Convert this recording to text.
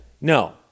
No